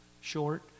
Short